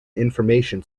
information